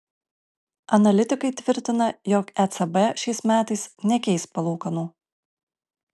analitikai tvirtina jog ecb šiais metais nekeis palūkanų